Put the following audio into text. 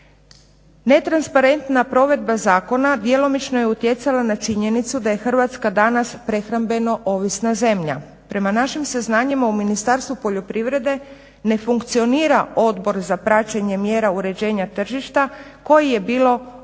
Netransparentna provedba zakona djelomično je utjecala na činjenicu da je Hrvatska danas prehrambeno ovisna zemlja. Prema našim saznanjima u Ministarstvu poljoprivrede ne funkcionira Odbor za praćenje mjera uređenja tržišta koje je bilo